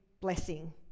blessing